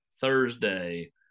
Thursday